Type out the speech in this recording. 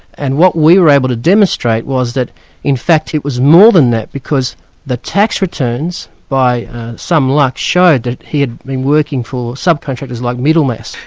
and what we were able to demonstrate was that in fact it was more than that, because the tax returns, by some luck, showed that he had been working for sub-contractors like middlemass.